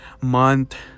month